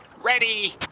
ready